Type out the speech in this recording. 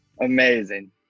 amazing